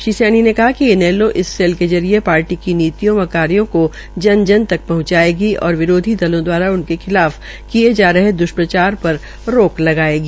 श्रीसैनी ने कहा कि इनैलो इस सेल के जरिये पार्टी की नीतियों व कार्यो को जन जन तक पहुंचायेंगी और विरोधी दलों द्वारा उनके खिलाफ किये जा रहे द्ष्प्रचार पर रोक लगायेगी